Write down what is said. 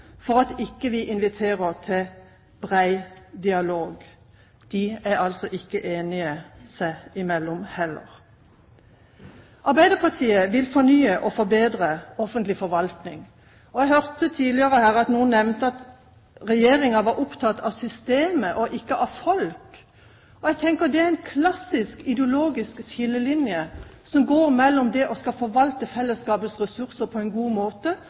for at vi ikke inviterer til bred dialog. Den er altså ikke enig seg imellom heller. Arbeiderpartiet vil fornye og forbedre offentlig forvaltning. Jeg hørte tidligere i debatten noen nevne at Regjeringen var opptatt av systemet og ikke av folk. Jeg tenker at det er en klassisk ideologisk skillelinje, som går mellom det å skulle forvalte fellesskapets ressurser på en god måte